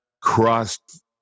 crossed